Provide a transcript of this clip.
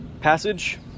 passage